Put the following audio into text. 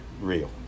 real